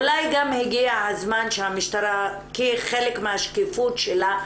אולי גם הגיע הזמן שהמשטרה כחלק מהשקיפות שלה,